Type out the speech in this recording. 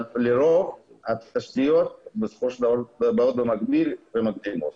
יש מקומות כאלו אבל רוב התשתיות בסופו של דבר באות במקביל או מקדימות.